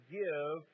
give